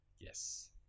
Yes